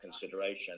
consideration